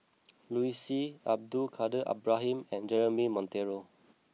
Liu Si Abdul Kadir Ibrahim and Jeremy Monteiro